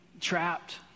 trapped